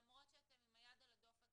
למרות שאתם עם היד עם הדופק,